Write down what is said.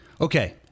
Okay